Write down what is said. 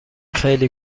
خیلی